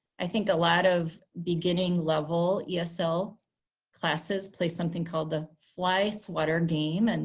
i think a lot of beginning level yeah esl classes play something called the flyswatter game. and